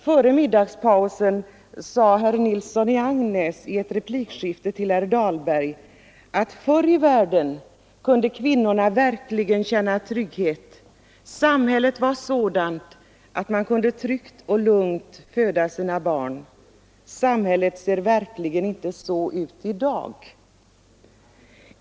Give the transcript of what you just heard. Före middagspausen sade herr Nilsson i Agnäs i ett replikskifte till herr Dahlberg att förr i världen kunde kvinnorna verkligen känna trygghet. Då var samhället sådant att de tryggt och lugnt kunde föda sina barn. Men så ser samhället inte ut i dag.